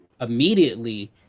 immediately